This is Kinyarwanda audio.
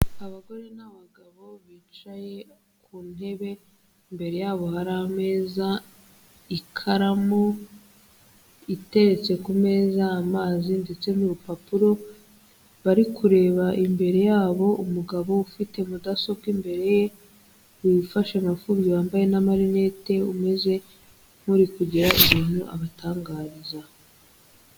Abagore n'abagabo bicaye ku ntebe, imbere yabo hari ameza, ikaramu iteretse ku meza, amazi ndetse n'urupapuro, bari kureba imbere yabo umugabo ufite mudasobwa imbere ye, wifashe mapfubyi wambaye n'amarinette umeze nk'uri kugira ibintu abatangariza.